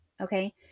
okay